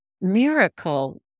miracle